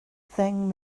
ddeng